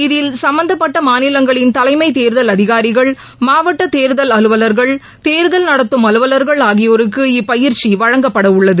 இதில் சும்பந்தப்பட்ட மாநிலங்களின் தலைமைத் தேர்தல் அதிகாரிகள் மாவட்ட தேர்தல் அலுவலர்கள் தேர்தல் நடத்தும் அலுவலர்கள் ஆகியோருக்கு இப்பயிற்சி வழங்கப்பட உள்ளது